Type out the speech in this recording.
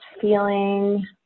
feeling